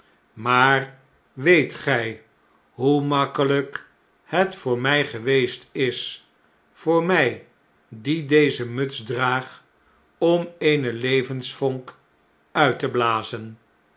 maar weetgjj hoe gemakkelijk het voor mij geweest is voor mij die deze muts draag om eene levensvonk uit te blazen